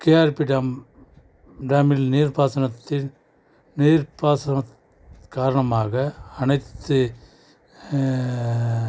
KRP dam டேமில் நீப்பாசனத்தில் நீர்ப்பாசனம் காரணமாக அனைத்து